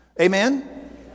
Amen